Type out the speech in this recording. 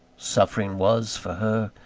suffering was, for her,